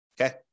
okay